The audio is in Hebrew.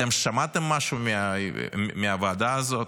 אתם שמעתם משהו מהוועדה הזאת?